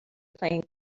playing